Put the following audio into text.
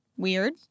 Weird